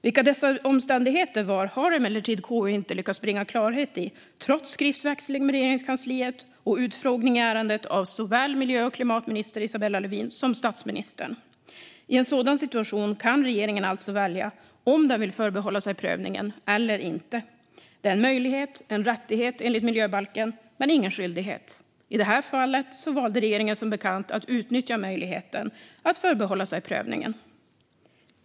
Vilka dessa omständigheter var har emellertid KU inte lyckats bringa klarhet i, trots skriftväxling med Regeringskansliet och utfrågning i ärendet av såväl miljö och klimatminister Isabella Lövin som statsministern. I en sådan här situation kan regeringen alltså välja om den vill förbehålla sig prövningen eller inte. Det är en möjlighet och en rättighet enligt miljöbalken, men ingen skyldighet. I det här fallet valde regeringen som bekant att utnyttja möjligheten att förbehålla sig prövningen.